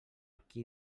qui